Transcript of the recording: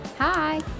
Hi